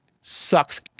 sucks